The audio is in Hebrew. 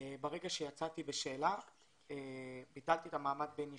ברגע שיצאתי בשאלה ביטלתי את מעמד בן ישיבה,